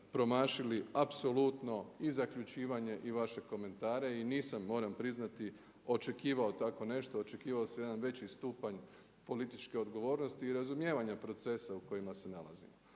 promašili apsolutno i zaključivanje i vaše komentare i nisam moram priznati očekivao tako nešto, očekivao sam jedan veći stupanj političke odgovornosti i razumijevanja procesa u kojima se nalazimo.